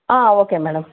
okay madam